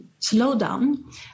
slowdown